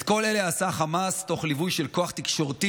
את כל זה עשה החמאס תוך ליווי של כוח תקשורתי